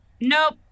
nope